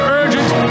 urgent